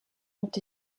ont